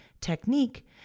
technique